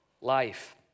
life